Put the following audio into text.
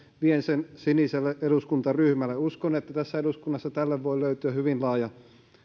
vien sen siniselle eduskuntaryhmälle uskon että tässä eduskunnassa tästä voi löytyä hyvin laaja